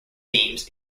themes